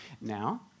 Now